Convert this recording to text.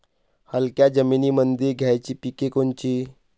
हलक्या जमीनीमंदी घ्यायची पिके कोनची?